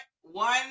one